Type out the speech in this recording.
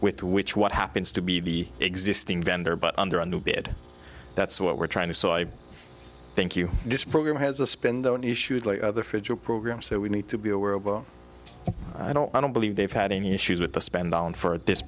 with which what happens to be the existing vendor but under a new bid that's what we're trying to so i think you this program has a spend on issues like other federal programs so we need to be aware of well i don't i don't believe they've had any issues with the spend down for